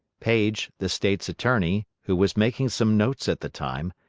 paige, the state's attorney, who was making some notes at the time,